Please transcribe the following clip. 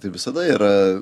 tai visada yra